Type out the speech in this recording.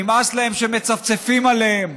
נמאס להם שמצפצפים עליהם,